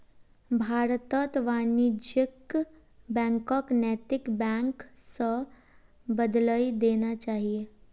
भारतत वाणिज्यिक बैंकक नैतिक बैंक स बदलइ देना चाहिए